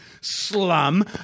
slum